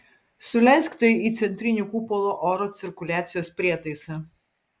suleisk tai į centrinį kupolo oro cirkuliacijos prietaisą